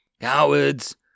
Cowards